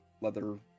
leather